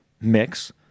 Mix